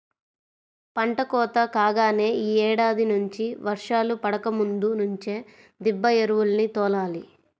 పంట కోత కాగానే యీ ఏడాది నుంచి వర్షాలు పడకముందు నుంచే దిబ్బ ఎరువుల్ని తోలాలి